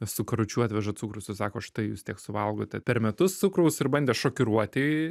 su karučiu atveža cukrus ir sako štai jūs tiek suvalgote per metus cukraus ir bandė šokiruoti